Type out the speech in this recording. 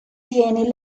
tiene